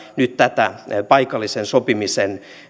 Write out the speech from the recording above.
nyt tätä paikallisen sopimisen